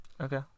Okay